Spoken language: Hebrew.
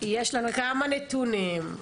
כמה נתונים.